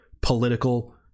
political